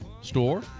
store